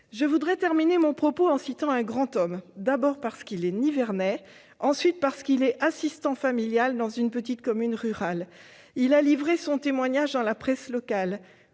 Je termine mon propos en citant un grand homme, d'abord parce qu'il est nivernais, ensuite parce qu'il est assistant familial dans une petite commune rurale. Il a livré son témoignage dans la presse locale